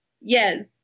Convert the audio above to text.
yes